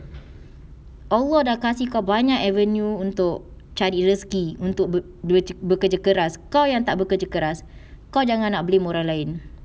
allah dah kasih kau banyak avenue untuk cari rezeki untuk bekerja keras kau yang tak bekerja keras kau jangan nak blame orang lain